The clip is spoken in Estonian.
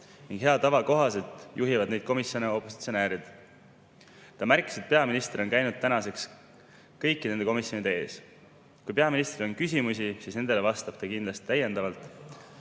ning hea tava kohaselt juhivad neid komisjone opositsionäärid. Ta märkis, et peaminister on käinud tänaseks kõikide nende komisjonide ees. Kui peaministrile on veel küsimusi, siis nendele vastab ta kindlasti täiendavalt.